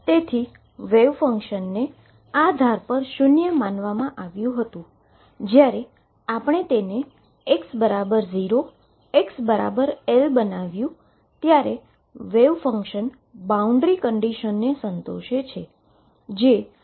તેથીવેવ ફંક્શનને આ ધાર પર શુન્ય માનવામાં આવતું હતું જ્યારે આપણે તેને x 0 x L બનાવ્યું ત્યારે વેવ ફંક્શન બાઉન્ડ્રી કન્ડીશનને સંતોષે છે